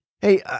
Hey